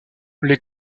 les